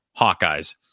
Hawkeyes